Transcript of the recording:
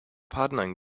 partnering